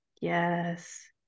Yes